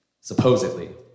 Supposedly